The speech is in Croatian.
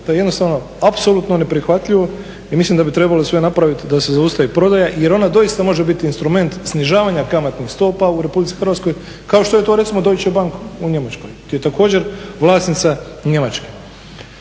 To je jednostavno neprihvatljivo i mislim da bi trebalo sve napravit da se zaustavi prodaja jer ona doista može biti instrument snižavanja kamatnih stopa u Republici Hrvatskoj, kao što je to recimo Deutche bank u Njemačkoj gdje je također vlasnica Njemačka.